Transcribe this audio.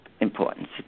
importance